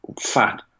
Fat